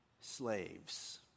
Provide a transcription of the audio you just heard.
slaves